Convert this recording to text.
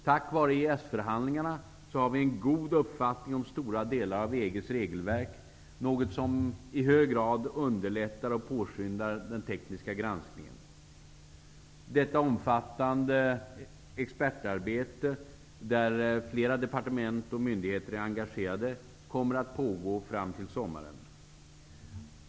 Tack vare EES-förhandlingarna har vi en god uppfattning om stora delar av EG:s regelverk, något som i hög grad underlättar och påskyndar den tekniska granskningen. Detta omfattande expertarbete, där flera departement och myndigheter är engagerade, kommer att pågå fram till sommaren.